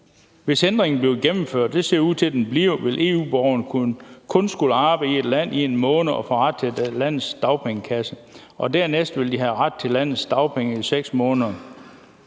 den ud til at blive - vil EU-borgere kun skulle arbejde i et land i én måned for at få ret til landets dagpengekasse - og dernæst vil de have ret til landets dagpenge i seks måneder.«